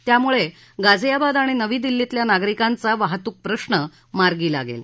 त्यामुळे गाजियाबाद आणि नवी दिल्लीतल्या नागरिकांचा वाहतूक प्रश्न मार्गी लागेल